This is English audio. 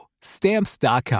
stamps.com